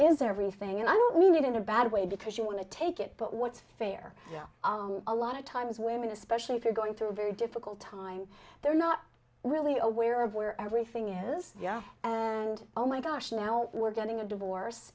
is everything and i don't mean it in a bad way because you want to take it but what's fair you know a lot of times women especially if you're going through a very difficult time they're not really aware of where everything is and oh my gosh now we're getting a divorce